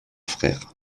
frère